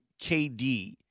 KD